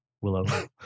Willow